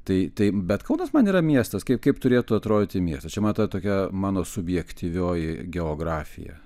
tai tai bet kaunas man yra miestas kaip kaip turėtų atrodyti miestas čia matai tokia mano subjektyvioji geografija